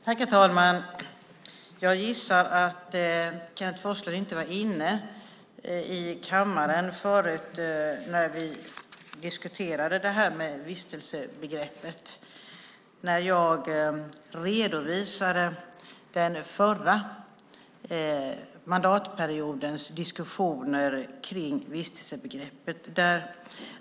Herr talman! Jag gissar att Kenneth Forslund inte var inne i kammaren när vi diskuterade vistelsebegreppet. Jag redovisade den förra mandatperiodens diskussioner om vistelsebegreppet.